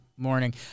Morning